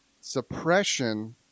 suppression